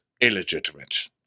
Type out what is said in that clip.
illegitimate